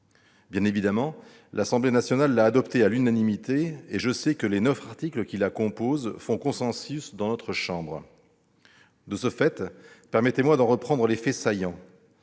Bien évidemment, l'Assemblée nationale a adopté ce texte à l'unanimité, et je sais que les neuf articles qui la composent font consensus dans notre chambre. De ce fait, permettez-moi d'en reprendre les faits saillants.